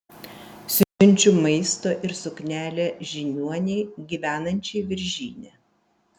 siunčiu maisto ir suknelę žiniuonei gyvenančiai viržyne